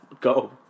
Go